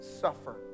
suffer